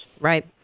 Right